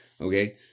Okay